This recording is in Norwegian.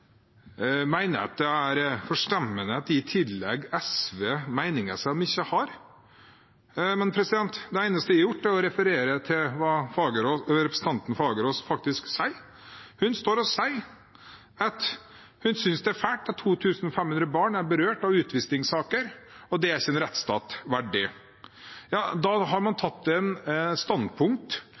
det er forstemmende at jeg tillegger SV meninger de ikke har: Det eneste jeg har gjort, er å referere til hva representanten Fagerås faktisk sier. Hun står og sier at hun synes det er fælt at 2 500 barn er berørt i utvisningssaker, og at det ikke er en rettsstat verdig. Da har man tatt det standpunkt